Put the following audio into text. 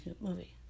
movie